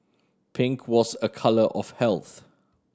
pink was a colour of health